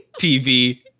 TV